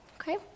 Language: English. Okay